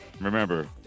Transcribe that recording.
Remember